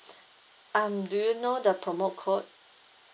um do you know the promo code